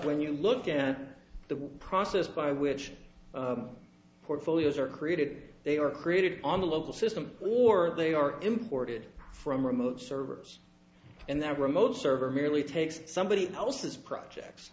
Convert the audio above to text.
when you look at the process by which portfolios are created they are created on the local system or they are imported from remote servers and that remote server merely takes somebody else's projects